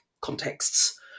contexts